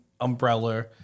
umbrella